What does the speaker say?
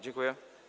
Dziękuję.